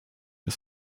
des